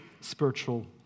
spiritual